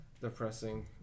Depressing